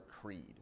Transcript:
Creed